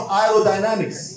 aerodynamics